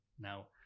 Now